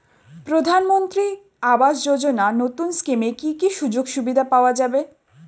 প্রধানমন্ত্রী আবাস যোজনা নতুন স্কিমে কি কি সুযোগ সুবিধা পাওয়া যাবে?